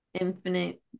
Infinite